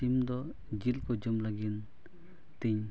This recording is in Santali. ᱥᱤᱢ ᱫᱚ ᱡᱤᱞ ᱠᱚ ᱡᱚᱢ ᱞᱟᱹᱜᱤᱫ ᱛᱤᱧ